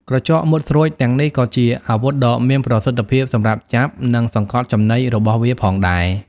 ក្រចកមុតស្រួចទាំងនេះក៏ជាអាវុធដ៏មានប្រសិទ្ធភាពសម្រាប់ ចាប់ និងសង្កត់ចំណី របស់វាផងដែរ។